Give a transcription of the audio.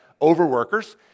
overworkers